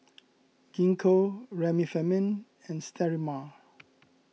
Gingko Remifemin and Sterimar